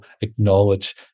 acknowledge